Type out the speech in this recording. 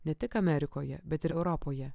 ne tik amerikoje bet ir europoje